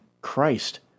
christ